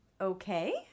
Okay